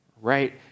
right